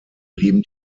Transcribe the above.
blieben